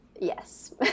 Yes